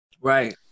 Right